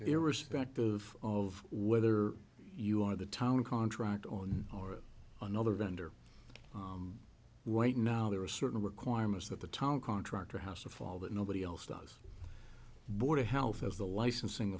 get irrespective of whether you are the town contract on or another vendor white now there are certain requirements that the town contractor has to fall that nobody else does border health as the licensing